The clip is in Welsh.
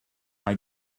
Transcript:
mae